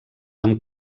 amb